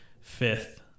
Fifth